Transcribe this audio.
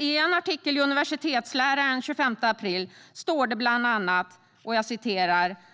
I en artikel i Universitetsläraren den 25 april står det bland annat